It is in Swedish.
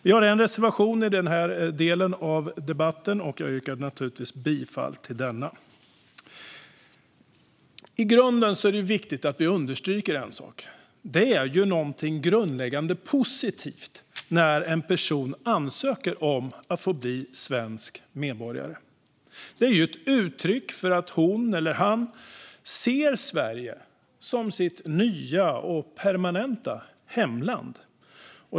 Vi har en reservation, och jag yrkar givetvis bifall till den Låt mig understryka att det är något i grunden positivt när en person ansöker om få bli svensk medborgare. Det är ett uttryck för att hon eller han ser Sverige som sitt nya och permanenta hemland.